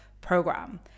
program